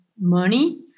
money